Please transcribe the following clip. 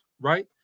right